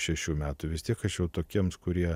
ar iki šešių metų vis tiek aš jau tokiems kurie